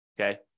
Okay